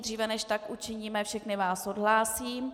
Dříve, než tak učiníme, všechny vás odhlásím.